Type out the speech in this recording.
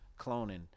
cloning